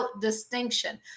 distinction